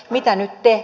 mitä nyt te